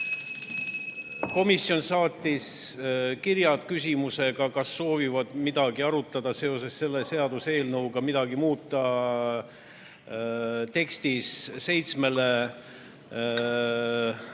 Komisjon saatis kirjad küsimusega, kas soovitakse midagi arutada seoses selle seaduseelnõuga või midagi selle tekstis